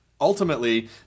ultimately